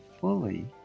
fully